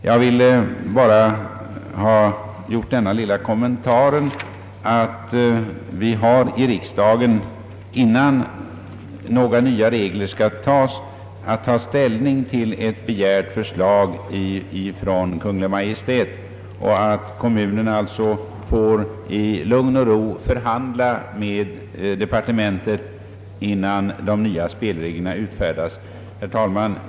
Jag har bara velat göra den lilla kommentaren att innan några nya regler fastställes skall riksdagen få ta ställning till ett begärt förslag från Kungl. Maj:t. Kommunerna får alltså i lugn och ro förhandla med departementet innan de nya spelreglerna utfärdas. Herr talman!